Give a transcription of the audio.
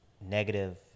negative